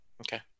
Okay